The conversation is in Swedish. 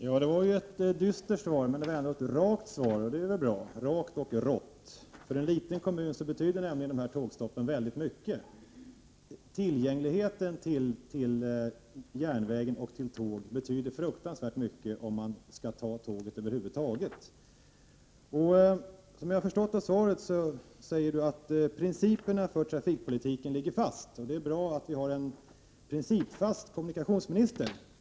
Herr talman! Det var ett dystert svar, men det var också rakt — vilket väl är bra — och rått. För en liten kommun betyder nämligen dessa tågstopp väldigt mycket. Tillgängligheten till järnvägen och till tåg betyder oerhört mycket när människor skall välja om de över huvud taget skall åka tåg. Om jag har förstått kommunikationsministerns svar rätt menar han att principerna för trafikpolitiken ligger fast. Och det är bra att vi har en principfast kommunikationsminister.